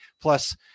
Plus